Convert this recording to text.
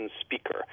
speaker